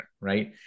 right